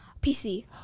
PC